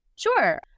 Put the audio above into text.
Sure